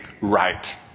right